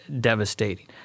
devastating